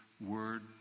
word